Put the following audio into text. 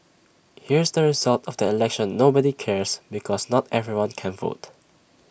here's the result of the election nobody cares because not everybody can vote